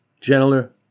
gentler